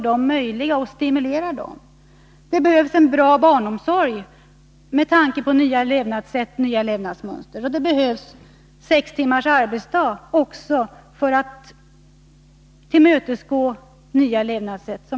Det behövs bra barnomsorg och det behövs sex timmars arbetsdag.